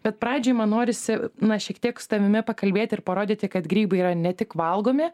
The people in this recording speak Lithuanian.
bet pradžiai man norisi na šiek tiek su tavimi pakalbėti ir parodyti kad grybai yra ne tik valgomi